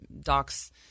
docs